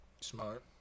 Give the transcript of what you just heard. Smart